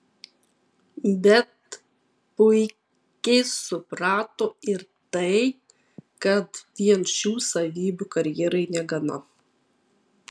bet puikiai suprato ir tai kad vien šių savybių karjerai negana